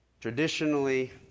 Traditionally